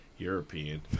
European